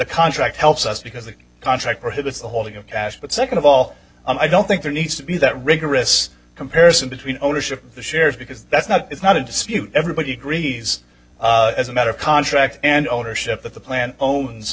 contract helps us because the contract prohibits the holding of cash but second of all i don't think there needs to be that rigorous comparison between ownership of the shares because that's not it's not a dispute everybody agrees as a matter of contract and ownership of the plan own